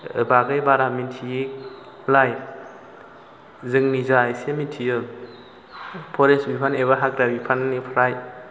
ओ बागै बारा मिथियैलाय जोंनि जा एसे मिथियो फरेस्ट बिफान एबा हाग्रा बिफाननिफ्राय